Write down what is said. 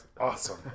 awesome